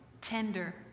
tender